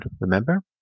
Remember